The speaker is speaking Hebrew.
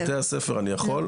את בתי הספר אני יכול.